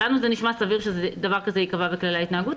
לנו זה נשמע סביר שדבר כזה ייקבע בכללי ההתנהגות,